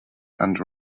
and